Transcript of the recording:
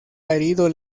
herido